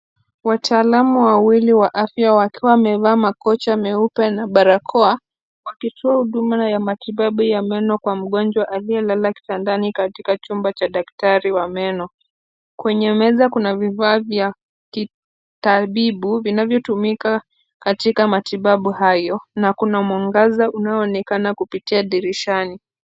Wataalamu wawili wa afya wakiwa wamevaa makocha cha meupe na barakoa wakitoa huduma ya matibabu ya meno kwa mgonjwa aliyelala kitandani katika chumba cha daktari wa meno. Kwenye meza kuna vifaa vya kitabibu vinavyotumika katika matibabu hayo na kuna mwangaza unaoonekana kupitia dirishani.